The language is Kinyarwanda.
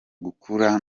gukura